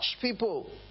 people